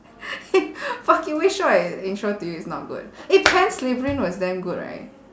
fuck you which show I intro to you is not good eh slytherin was damn good right